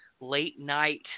late-night